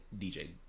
dj